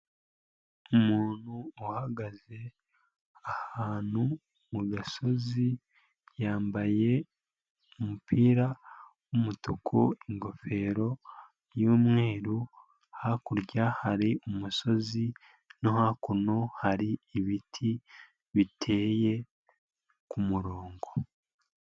Umuntu uhagaze ahantu mu gasozi yambaye umupira w'umutuku, ingofero y'umweru, hakurya hari umusozi no hakuno hari ibiti biteye ku murongo.